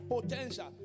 potential